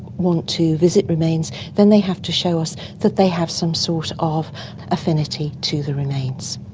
want to visit remains, then they have to show us that they have some sort of affinity to the remains.